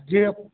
जे अप